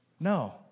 No